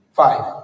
five